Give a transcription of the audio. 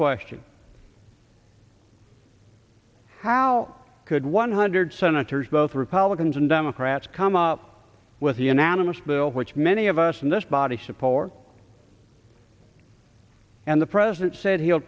question how could one hundred senators both republicans and democrats come up with a unanimous bill which many of us in this body support and the president said he'll